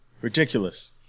Ridiculous